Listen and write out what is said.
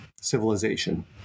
civilization